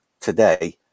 today